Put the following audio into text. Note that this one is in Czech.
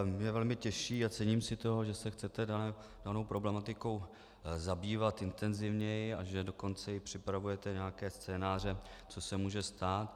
Mne velmi těší a cením si toho, že se chcete danou problematikou zabývat intenzivněji, a že dokonce i připravujete nějaké scénáře, co se může stát.